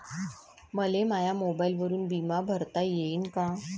मले माया मोबाईलवरून बिमा भरता येईन का?